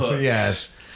Yes